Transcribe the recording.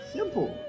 Simple